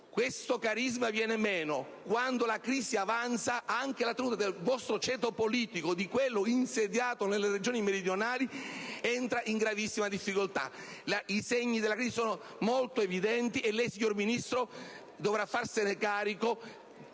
tale carisma viene meno, quando la crisi avanza, anche il vostro ceto politico, quello insediato nelle Regioni meridionali, entra in gravissime difficoltà. I segni della crisi sono molto evidenti, e lei, signor Ministro, dovrà farsene carico